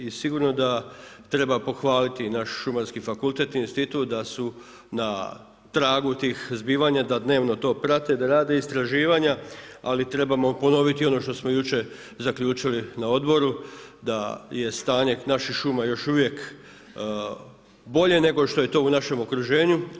I sigurno da treba pohvaliti naš Šumarski fakultet, institut da su na tragu tih zbivanja, da dnevno to prate, da rade istraživanja ali trebamo ponoviti i ono što smo jučer zaključili na odboru da je stanje naših šuma još uvijek bolje nego što je to u našem okruženju.